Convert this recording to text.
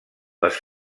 les